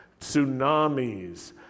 tsunamis